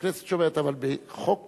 שהכנסת שומרת, אבל בחוק בחירות,